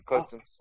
customs